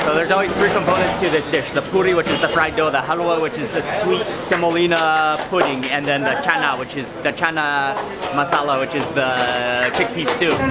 there's always three components to this dish the puri, which is the fried dough, the halwa, which is the sweet semolina pudding, and then the chana, which is the chana masala, which is the chickpea stew.